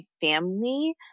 family